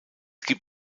gibt